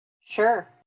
Sure